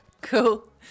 cool